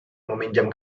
meminjam